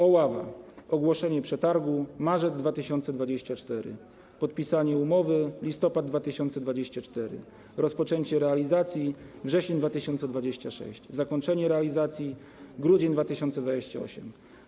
Oława - ogłoszenie przetargu: marzec 2024, podpisanie umowy: listopad 2024, rozpoczęcie realizacji: wrzesień 2026, zakończenie realizacji: grudzień 2028.